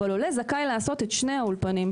אבל עולה זכאי לעשות את שני האולפנים,